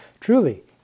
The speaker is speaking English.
Truly